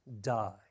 die